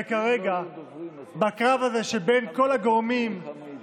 וכרגע בקרב הזה שבין כל הגורמים,